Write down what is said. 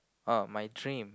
oh my dream